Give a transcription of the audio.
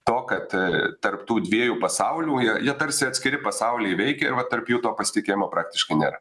to kad tarp tų dviejų pasaulių jie tarsi atskiri pasauliai veikia va tarp jų to pasitikėjimo praktiškai nėra